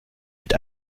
mit